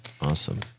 Awesome